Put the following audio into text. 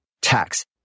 tax